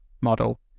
model